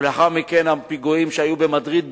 ולאחר מכן הפיגועים שהיו במדריד,